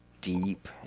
deep